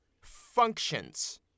functions